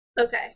Okay